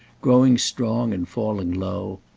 growing strong and falling low,